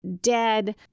dead